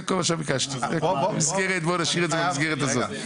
זה כל מה שקיבלתי ובוא נשאיר את זה במסגרת הזאת.